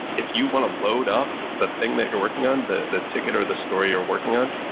if you want to load up the thing that you're working on, the the ticket or the story you're working on,